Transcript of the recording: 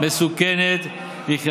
השר אשכנזי, זה חתיכת אתגר,